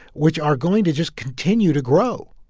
which are going to just continue to grow,